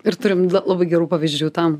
ir turim labai gerų pavyzdžių tam